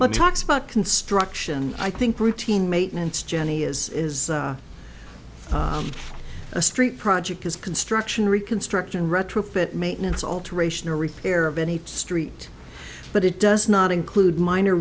about construction i think routine maintenance journey is is a street project is construction reconstruction retrofit maintenance alteration or repair of any street but it does not include minor